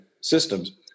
systems